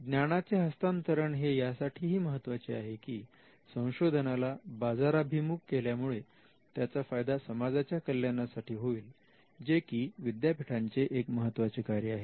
ज्ञानाचे हस्तांतरण हे यासाठी ही महत्त्वाचे आहे की संशोधनाला बाजाराभिमुख केल्यामुळे त्याचा फायदा समाजाच्या कल्याणासाठी होईल जे की विद्यापीठांचे एक महत्त्वाचे कार्य आहे